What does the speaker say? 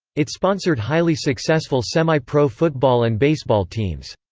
it sponsored highly successful semi-pro football and baseball teams.